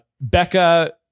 Becca